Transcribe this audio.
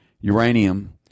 uranium